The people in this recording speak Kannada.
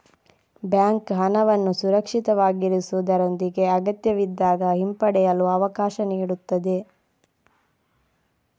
ಬ್ಯಾಂಕ್ ಹಣವನ್ನು ಸುರಕ್ಷಿತವಾಗಿರಿಸುವುದರೊಂದಿಗೆ ಅಗತ್ಯವಿದ್ದಾಗ ಹಿಂಪಡೆಯಲು ಅವಕಾಶ ನೀಡುತ್ತದೆ